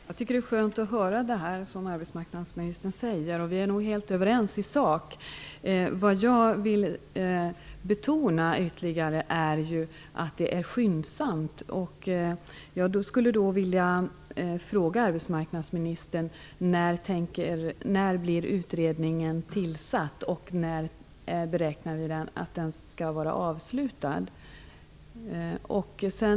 Fru talman! Det är skönt att höra arbetsmarknadsministern säga detta. Vi är nog helt överens i sak. Vad jag ytterligare vill betona är att det brådskar. Jag skulle vilja fråga arbetsmarknadsministern: När tillsätts utredningen, och när beräknas den vara avslutad?